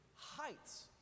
heights